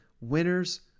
winners